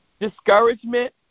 discouragement